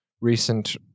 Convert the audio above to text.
recent